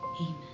Amen